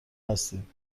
هستید